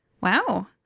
wow